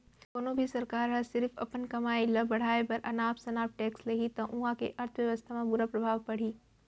कोनो भी सरकार ह सिरिफ अपन कमई ल बड़हाए बर अनाप सनाप टेक्स लेहि त उहां के अर्थबेवस्था म बुरा परभाव परही